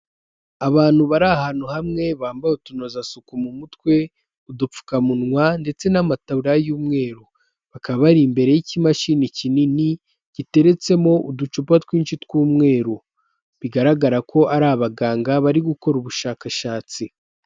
Abantu bari ahantu hamwe bambaye utunozasuku mu mutwe, udupfukamunwa ndetse n'amataburiya y'umweru, bakaba bari imbere y'ikimashini kinini giteretsemo uducupa twinshi tw'umweru, bigaragara ko ari abaganga bari gukora ubushakashatsi.